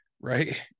right